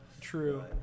true